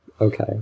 Okay